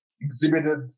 exhibited